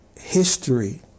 history